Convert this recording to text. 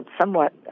somewhat